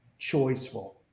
choiceful